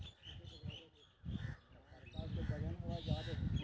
भैंस के सबसे अच्छा नस्ल कोन होय छे?